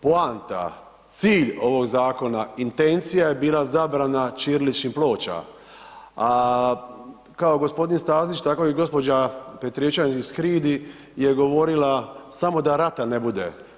Poanta, cilj ovog zakona, intencija je bila zabrana ćiriličnih ploča, ako gospodin Stazić tako i gospođa Petrijevčanin iz HRID-i je govorila samo da rata ne bude.